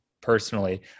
personally